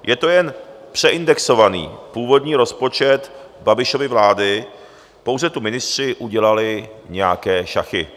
Je to jen přeindexovaný původní rozpočet Babišovy vlády, pouze tu ministři udělali nějaké šachy.